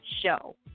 show